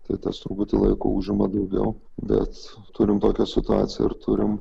tai tas truputį laiko užima daugiau bet turim tokią situaciją ir turim